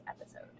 episode